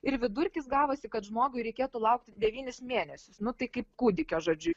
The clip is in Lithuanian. ir vidurkis gavosi kad žmogui reikėtų laukti devynis mėnesius nu tai kaip kūdikio žodžiu